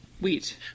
Wheat